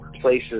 places